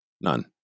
None